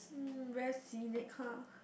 mm very scenic ha